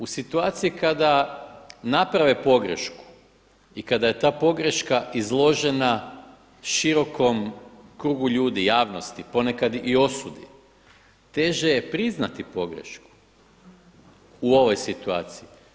U situaciji kada naprave pogrešku i kada je ta pogreška izložena širokom krugu ljudi, javnosti, ponekad i osudi teže je priznati pogrešku u ovoj situaciji.